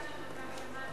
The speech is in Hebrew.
נתקבלה.